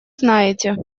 знаете